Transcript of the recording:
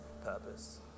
purpose